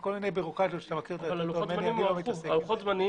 וכל מיני בירוקרטיות שאתה מכיר --- לוחות זמנים